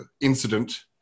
incident